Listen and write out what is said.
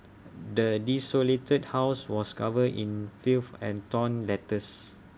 the desolated house was covered in filth and torn letters